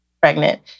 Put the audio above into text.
pregnant